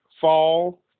fall